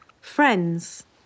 friends